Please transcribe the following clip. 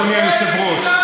אדוני היושב-ראש,